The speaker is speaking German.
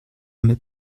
mit